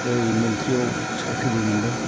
बे मिलिट्रिआव साख्रिबो मोनदों